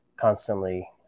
constantly